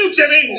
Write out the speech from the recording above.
Jimmy